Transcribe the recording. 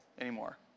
anymore